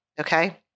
okay